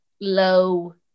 low